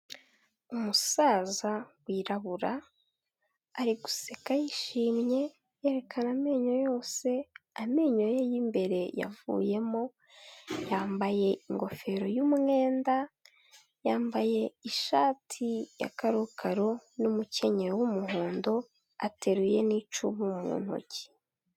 Umusaza wirabura ari guseka yishimye yerekana amenyo yose, amenyo ye y'imbere yavuyemo yambaye ingofero y'umwenda, yambaye ishati ya kakaro n'umukenyero w'umuhondo ateruye n'icumu mu ntoki.